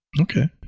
okay